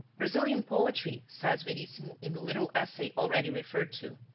brazilian poetry, says verissimo in the little essay already referred to,